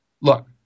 look